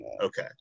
okay